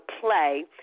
play